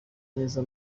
neza